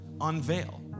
unveil